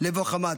לבֹא חמת.